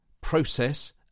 process